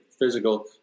physical